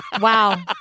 Wow